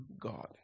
God